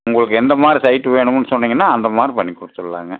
உங்களுக்கு எந்தமாதிரி சைட்டு வேணும்ன்னு சொன்னிங்கன்னால் அந்தமாதிரி பண்ணிக்கொடுத்துட்லாங்க